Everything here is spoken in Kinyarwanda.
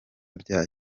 bya